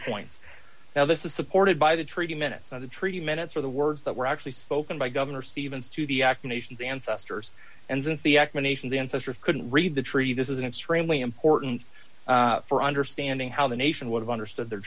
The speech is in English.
points now this is supported by the treaty minutes of the treaty minutes or the words that were actually spoken by governor stevens to the acclimation the ancestors and since the explanation the ancestor couldn't read the tree this is an extremely important for understanding how the nation would have understood the